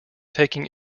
taking